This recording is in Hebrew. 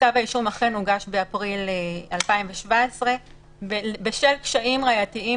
כתב האישום אכן הוגש באפריל 2017. בשל קשיים ראייתיים